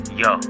yo